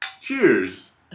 Cheers